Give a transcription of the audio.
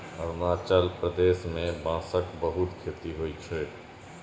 अरुणाचल प्रदेश मे बांसक बहुत खेती होइ छै